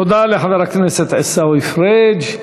תודה לחבר הכנסת עיסאווי פריג'.